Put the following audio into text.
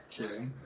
Okay